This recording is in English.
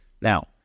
Now